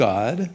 God